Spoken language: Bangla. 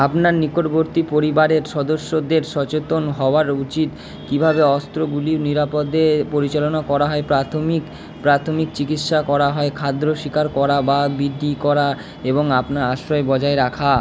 আপনার নিকটবর্তী পরিবারের সদস্যদের সচেতন হওয়ার উচিত কীভাবে অস্ত্রগুলি নিরাপদে পরিচালনা করা হয় প্রাথমিক প্রাথমিক চিকিৎসা করা হয় খাদ্য শিকার করা বা বৃদ্ধি করা এবং আপনার আশ্রয় বজায় রাখা